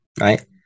right